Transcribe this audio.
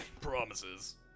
promises